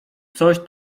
coś